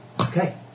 Okay